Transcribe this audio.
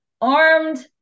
armed